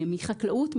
מחקלאות,